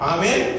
Amen